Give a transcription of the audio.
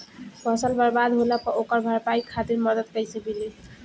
फसल बर्बाद होला पर ओकर भरपाई खातिर मदद कइसे मिली?